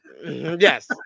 yes